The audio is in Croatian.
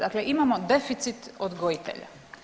Dakle, imamo deficit odgojitelja.